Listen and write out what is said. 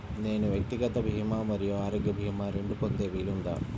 నేను వ్యక్తిగత భీమా మరియు ఆరోగ్య భీమా రెండు పొందే వీలుందా?